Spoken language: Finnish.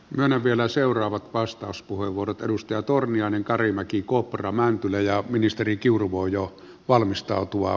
nainen vielä seuraava vastauspuheenvuorot edustaja torniainen karimäki kopra mäntylä ja ministeri kiuru voi jo valmistautua